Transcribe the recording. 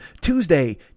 Tuesday